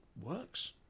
works